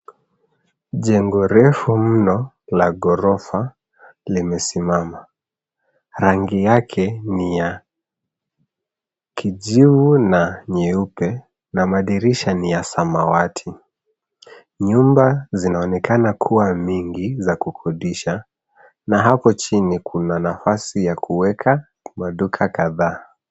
Jengo refu mno la ghorofa limesimama. Rangi yake ni ya kijivu na nyeupe, na madirisha yake ni ya samawati. Nyumba zinaonekana kuwa mingi za kukodisha, na hapo chini kuna nafasi ya kuweka maduka kadhaa.